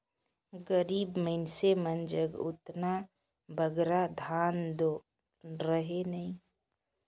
गरीब मइनसे मन जग ओतना बगरा धन दो रहें नई